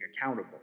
accountable